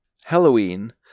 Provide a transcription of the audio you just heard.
Halloween